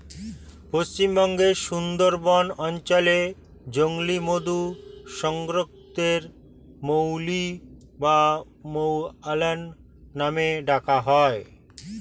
পশ্চিমবঙ্গের সুন্দরবন অঞ্চলে জংলী মধু সংগ্রাহকদের মৌলি বা মৌয়াল নামে ডাকা হয়